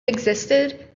existed